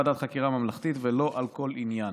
ועדת חקירה ממלכתית רק לאחר שמצאה כי קיים עניין